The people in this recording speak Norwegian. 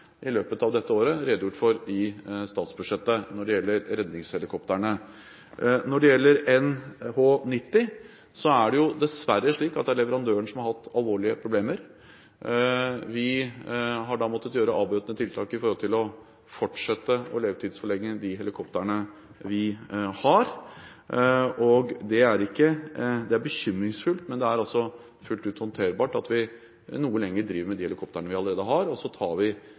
i løpet av dette året – redegjort for i statsbudsjettet når det gjelder redningshelikoptrene. Når det gjelder NH90, er det dessverre slik at det er leverandøren som har hatt alvorlige problemer. Vi har måttet gjøre avbøtende tiltak for å fortsette å levetidsforlenge de helikoptrene vi har. Det er bekymringsfullt, men det er fullt ut håndterbart at vi noe lenger driver med de helikoptrene vi allerede har. Så tar vi